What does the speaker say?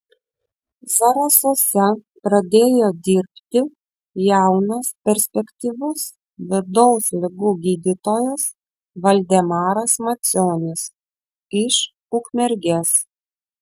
zarasuose pradėjo dirbti jaunas perspektyvus vidaus ligų gydytojas valdemaras macionis iš ukmergės